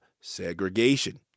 segregation